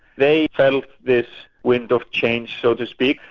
they felt this wind of change, so to speak,